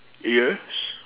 yes